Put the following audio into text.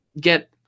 get